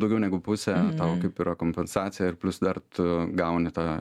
daugiau negu pusė kaip yra kompensacija ir plius dar tu gauni tą